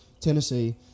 Tennessee